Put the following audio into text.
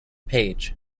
page